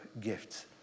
gifts